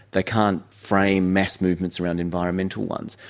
they can't frame mass movements around environmental ones.